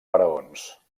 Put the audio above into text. faraons